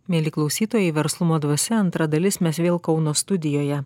mieli klausytojai verslumo dvasia antra dalis mes vėl kauno studijoje